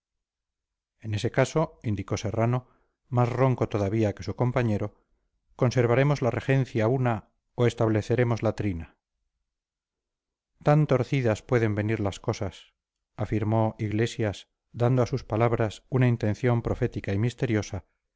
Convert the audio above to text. en ese caso indicó serrano más ronco todavía que su compañero conservaremos la regencia una o estableceremos la trina tan torcidas pueden venir las cosas afirmó iglesias dando a sus palabras una intención profética y misteriosa